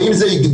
האם זה יגדל,